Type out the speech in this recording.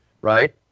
right